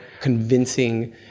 convincing